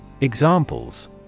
Examples